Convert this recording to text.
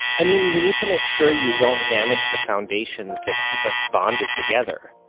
i mean you need to make sure you don't damage the foundations that keep us bonded together.